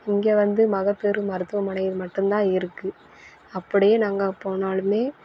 இங்கே வந்து மகப்பேறு மருத்துவமனைகள் மட்டும் தான் இருக்குது அப்படியே நாங்கள் போனாலும்